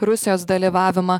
rusijos dalyvavimą